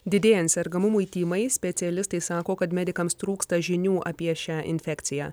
didėjant sergamumui tymais specialistai sako kad medikams trūksta žinių apie šią infekciją